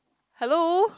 hello